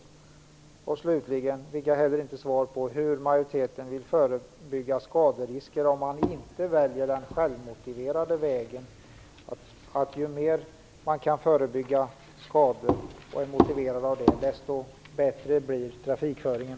Slutligen fick jag heller inte svar på hur majoriteten vill förebygga skaderisker om man inte väljer den självmotiverade vägen. Ju mer man kan förebygga skador och är motiverad av det, desto bättre blir trafikföringen.